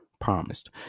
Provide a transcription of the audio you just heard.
promised